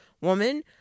woman